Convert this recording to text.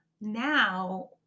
now